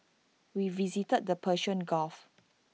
we visited the Persian gulf